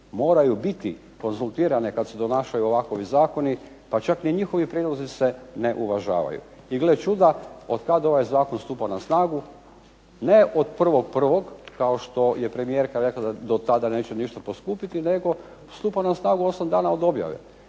moraju biti konzultirane kad se donašaju ovakovi zakoni. Pa čak ni njihovi prijedlozi se ne uvažavaju. I gle čuda, od kad ovaj zakon stupa na snagu. Ne od 1.1. kao što je premijerka rekla da do tada neće ništa poskupiti, nego stupa na snagu osam dana od objave.